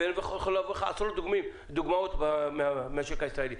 ואני יכול להביא לך עשרות דוגמאות מהמשק הישראלי.